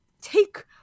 take